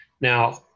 Now